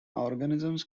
organisms